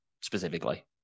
specifically